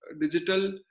digital